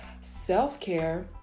self-care